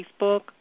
Facebook